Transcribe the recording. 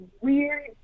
weird